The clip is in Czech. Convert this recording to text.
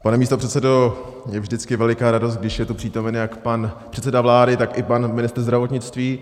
Pane místopředsedo, je vždycky veliká radost, když je tu přítomen jak pan předseda vlády, tak i pan ministr zdravotnictví.